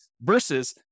versus